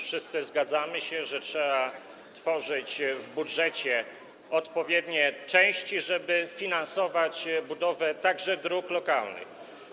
Wszyscy zgadzamy się, że trzeba tworzyć w budżecie odpowiednie części, żeby finansować budowę także dróg lokalnych.